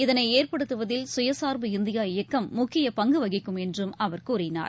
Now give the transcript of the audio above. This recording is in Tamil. இதனைஏற்படுத்துவதில் சுயசாா்பு இந்தியா இயக்கம் முக்கியபங்குவகிக்கும் என்றும் அவர் கூறினார்